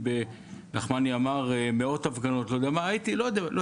נחמני אמר שהייתי במאות הפגנות, לא ספרתי.